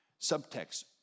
Subtext